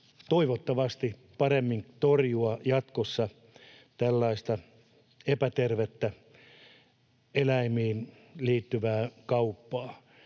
toivottavasti paremmin torjua jatkossa tällaista epätervettä eläimiin liittyvää kauppaa.